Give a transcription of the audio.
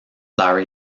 larry